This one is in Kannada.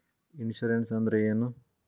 ಇನ್ಶೂರೆನ್ಸ್ ಅಂದ್ರ ಏನು?